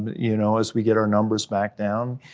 you know, as we get our numbers back down,